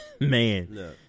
man